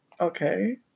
okay